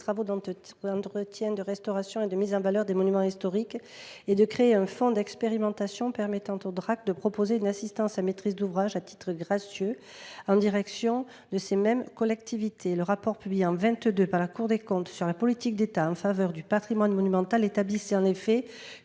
travaux d’entretien, de restauration et de mise en valeur des monuments historiques, de créer un fonds d’expérimentation permettant aux Drac de proposer une assistance à maîtrise d’ouvrage à titre gracieux en direction de ces mêmes collectivités. Le rapport publié en 2022 par la Cour des comptes sur la politique de l’État en faveur du patrimoine monumental a établi que cette